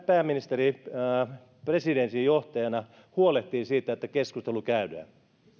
pääministeri presidencyn johtajana huolehtii siitä että keskustelu käydään